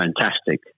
fantastic